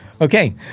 Okay